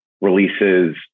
releases